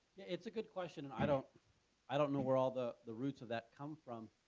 it's a good question. i don't i don't know where all the the roots of that come from.